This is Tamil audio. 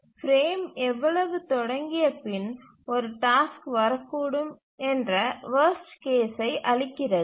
D பிரேம் எவ்வளவு தொடங்கிய பின் ஒரு டாஸ்க் வரக்கூடும் என்ற வர்ஸ்ட் கேஸ்சை அளிக்கிறது